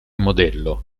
modello